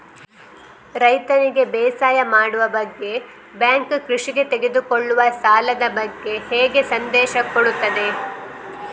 ರೈತನಿಗೆ ಬೇಸಾಯ ಮಾಡುವ ಬಗ್ಗೆ ಬ್ಯಾಂಕ್ ಕೃಷಿಗೆ ತೆಗೆದುಕೊಳ್ಳುವ ಸಾಲದ ಬಗ್ಗೆ ಹೇಗೆ ಸಂದೇಶ ಕೊಡುತ್ತದೆ?